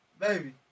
Baby